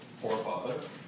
forefather